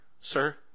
Sir